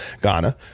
Ghana